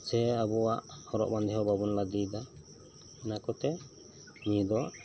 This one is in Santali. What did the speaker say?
ᱥᱮ ᱟᱵᱚᱣᱟᱜ ᱦᱚᱨᱚᱜ ᱵᱟᱸᱫᱮ ᱦᱚᱸ ᱵᱟᱵᱚᱱ ᱞᱟᱫᱮᱭᱫᱟ ᱚᱱᱟ ᱠᱚᱛᱮ ᱱᱤᱭᱟ ᱫᱚ